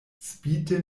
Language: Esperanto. spite